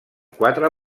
quatre